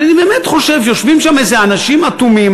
אני באמת חושב שיושבים שם אנשים אטומים.